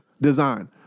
design